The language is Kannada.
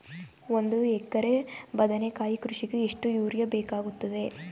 ಒಂದು ಎಕರೆ ಬದನೆಕಾಯಿ ಕೃಷಿಗೆ ಎಷ್ಟು ಯೂರಿಯಾ ಬೇಕಾಗುತ್ತದೆ?